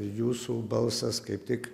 jūsų balsas kaip tik